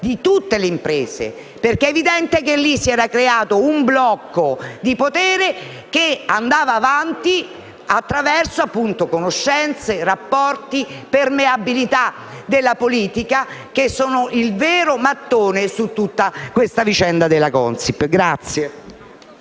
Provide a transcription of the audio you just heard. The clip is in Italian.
di tutte le imprese, perché è evidente che si era creato un blocco di potere che andava avanti attraverso conoscenze, rapporti e permeabilità della politica, che sono il vero mattone su tutta questa vicenda Consip.